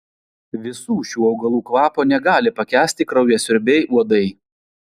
visų šių augalų kvapo negali pakęsti kraujasiurbiai uodai